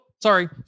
sorry